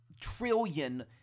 trillion